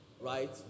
right